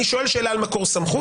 אני שואל שאלה על מקור סמכות.